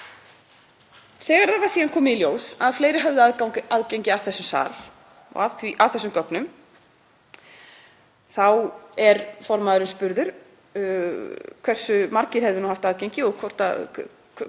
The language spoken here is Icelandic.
Þegar það síðan kom í ljós að fleiri höfðu aðgang að þessum sal og að þessum gögnum þá er formaðurinn spurður hversu margir hefðu haft aðgang og hvort það